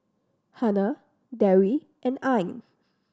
Hana Dewi and Ain